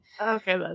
Okay